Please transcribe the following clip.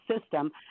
system